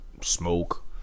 smoke